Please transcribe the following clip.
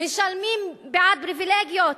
משלמים בעד פריווילגיות,